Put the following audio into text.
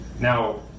now